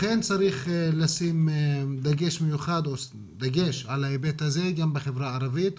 לכן צריך לשים דגש על ההיבט הזה גם בחברה הערבית,